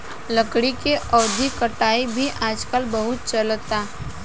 लकड़ी के अवैध कटाई भी आजकल बहुत चलता